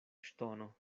ŝtono